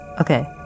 Okay